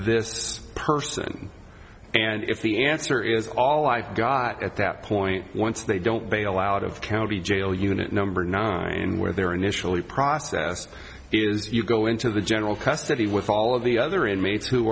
this person and if the answer is all i've got at that point once they don't bail out of county jail unit number nine where they're initially process is you go into the general custody with all of the other inmates who